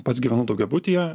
pats gyvenu daugiabutyje